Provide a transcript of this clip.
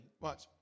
Watch